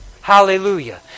Hallelujah